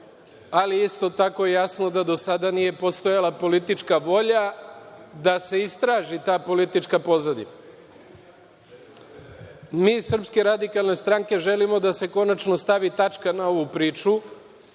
ali isto tako je jasno da do sada nije postojala politička volja da se istraži ta politička pozadina. Mi iz SRS želimo da se konačno stavi tačka na ovu priču,